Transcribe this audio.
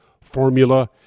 formula